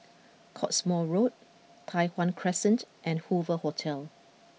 Cottesmore Road Tai Hwan Crescent and Hoover Hotel